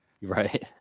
right